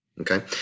Okay